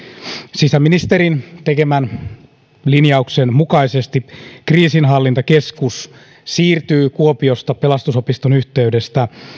sisäministerin tekemän linjauk sen mukaisesti kriisinhallintakeskus siirtyy kuopiosta pelastusopiston yhteydestä